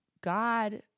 God